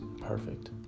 perfect